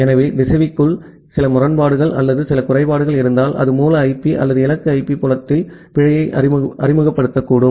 எனவே திசைவிக்குள் சில முரண்பாடுகள் அல்லது சில குறைபாடுகள் இருந்தால் அது மூல ஐபி அல்லது இலக்கு ஐபி புலத்தில் பிழையை அறிமுகப்படுத்தக்கூடும்